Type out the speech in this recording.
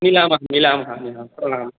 मिलामः मिलामः प्रणामः